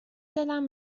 دلم